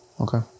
Okay